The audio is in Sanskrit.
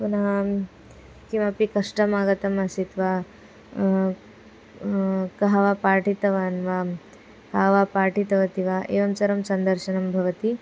पुनः अहं किमपि कष्टम् आगतम् आसीत् वा कः वा पाठितवान् वा का वा पाठितवती वा एवं सर्वं सन्दर्शनं भवति